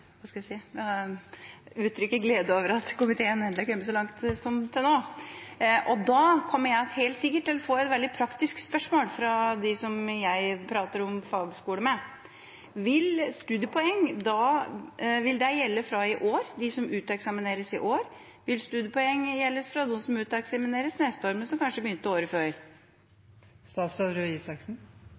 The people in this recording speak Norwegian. uttrykke glede over at komiteen endelig har kommet så langt som nå. Da kommer jeg helt sikkert til å få et veldig praktisk spørsmål fra dem som jeg prater om fagskole med. Vil studiepoeng gjelde for dem som uteksamineres i år, eller vil studiepoeng gjelde for dem som uteksamineres neste år, men som kanskje begynte året før?